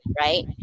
right